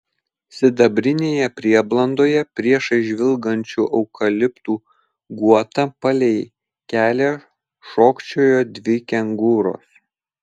sidabrinėje prieblandoje priešais žvilgančių eukaliptų guotą palei kelią šokčiojo dvi kengūros